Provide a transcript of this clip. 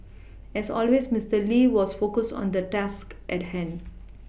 as always Mister Lee was focused on the task at hand